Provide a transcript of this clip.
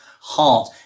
heart